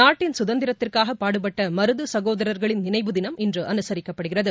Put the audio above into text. நாட்டின் சுதந்திரத்திற்காகபாடுபட்டமருதுசகோதரர்களின் நினைவு தினம் இன்றுஅனுசரிக்கப்படுகிறது